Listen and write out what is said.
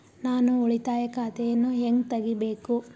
ನಾನು ಉಳಿತಾಯ ಖಾತೆಯನ್ನು ಹೆಂಗ್ ತಗಿಬೇಕು?